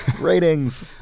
Ratings